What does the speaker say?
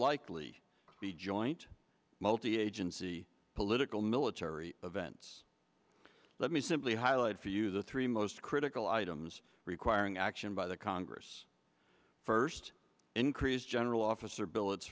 likely be joint multi agency political military events let me simply highlight for you the three most critical items requiring action by the congress first increase general